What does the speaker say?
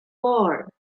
war